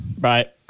Right